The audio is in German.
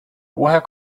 woher